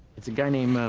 it is a guy named